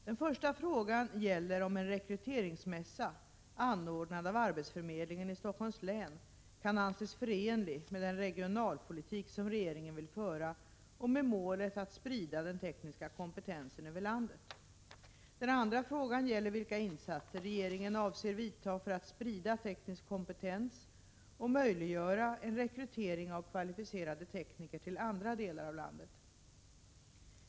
Den första frågan gäller om en rekryteringsmässa anordnad av arbetsförmedlingen i Stockholms län kan anses förenlig med den regionalpolitik som regeringen vill föra och med målet att sprida den tekniska kompetensen över landet. Den andra frågan gäller vilka insatser regeringen avser vidta för att sprida teknisk kompetens och möjliggöra en rekrytering av kvalificerade tekniker till andra delar av landet.